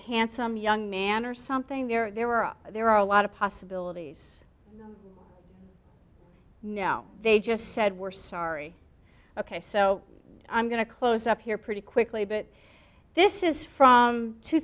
handsome young man or something there there are there are a lot of possibilities now they just said we're sorry ok so i'm going to close up here pretty quickly but this is from two